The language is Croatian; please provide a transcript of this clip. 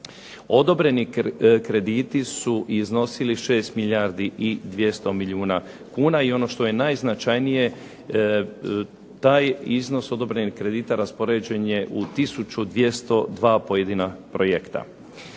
Odobreni krediti su iznosili 6 milijardi 200 milijuna kuna. I ono što je najznačajnije taj iznos odobrenih kredita raspoređen je u tisuću 202 pojedina projekta.